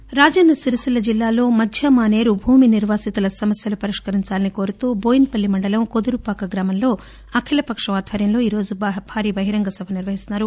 mid Manair Rajanna Sircilla జిల్లాలో మద్య మానేరు భూ నిర్వాసితుల సమస్యలు పరిష్కరించాలని కొరుతూ బోయినపెల్లి మండలం కొదురుపాక గ్రామంలో అఖిల పక్షం ఆద్వర్యంలో ఈ రోజు భారీ బహిరంగ సభ నిర్వహిస్తున్నారు